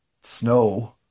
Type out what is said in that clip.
snow